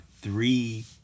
three